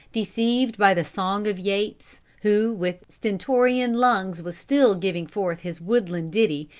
deceived by the song of yates, who with stentorian lungs was still giving forth his woodland ditty,